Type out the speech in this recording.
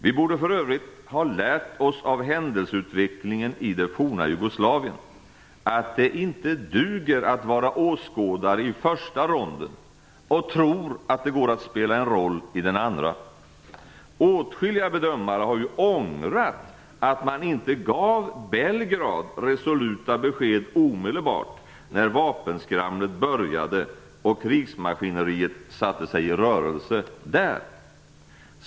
Vi borde för övrigt ha lärt oss av händelseutvecklingen i det forna Jugoslavien att det inte duger att vara åskådare i första ronden och tro att det går att spela en roll i den andra. Åtskilliga bedömare har ju ångrat att man inte gav Belgrad resoluta besked omedelbart, när vapenskramlet började och krigsmaskineriet satte sig i rörelse där.